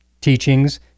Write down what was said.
teachings